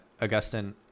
Augustine